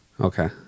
Okay